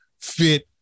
fit